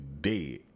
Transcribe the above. dead